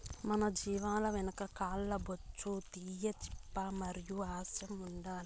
మన జీవాల వెనక కాల్ల బొచ్చు తీయించప్పా మరి అసహ్యం ఉండాలి